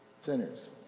sinners